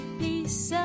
piece